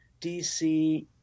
DC